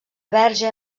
verge